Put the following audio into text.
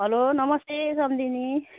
hello नमस्ते सम्धिनी